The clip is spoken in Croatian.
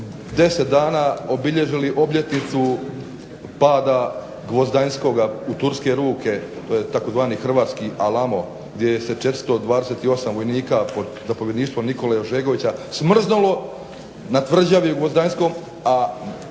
dana obilježili obljetnicu pada Gvozdanskoga u turske ruke, to je tzv. hrvatski alamo gdje se često 28 vojnika pod zapovjedništvom Nikole Ožegovića smrznulo na tvrđavi u Gvozdanskom